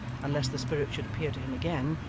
unless the spirit should appear to him again,